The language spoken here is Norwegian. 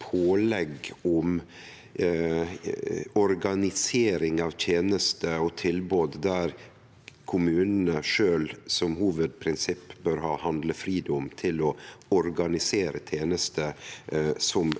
pålegg om organisering av tenester og tilbod der kommunane sjølve som hovudprinsipp bør ha handlefridom til å organisere tenester som